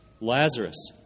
Lazarus